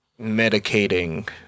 medicating